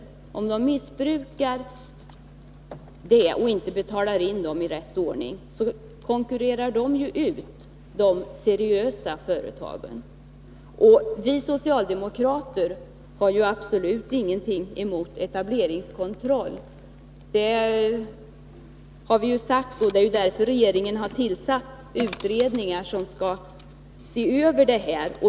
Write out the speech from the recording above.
Om vissa företag missbrukar möjligheterna och inte betalar in skatter och avgifter i rätt ordning, konkurrerar dessa företag ut de seriösa företagen. Vi socialdemokrater har absolut ingenting emot etableringskontroll. Det har vi sagt, och det är därför som regeringen har tillsatt utredningar som skall se över det hela.